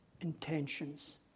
intentions